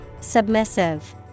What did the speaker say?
Submissive